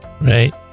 Right